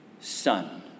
son